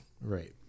right